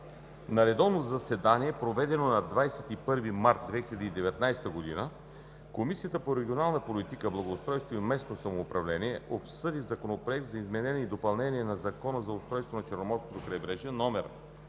На редовно заседание, проведено на 21 март 2019 г., Комисията по регионална политика, благоустройство и местно самоуправление обсъди Законопроект за изменение и допълнение на Закона за устройството на Черноморското крайбрежие,